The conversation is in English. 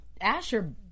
Asher